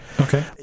okay